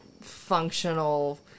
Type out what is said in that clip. functional